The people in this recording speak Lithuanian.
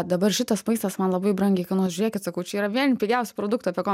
dabar šitas maistas man labai brangiai kainuos žiūrėkit sakau čia yra vieni pigiausių produktų apie ką mes